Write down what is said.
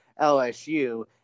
LSU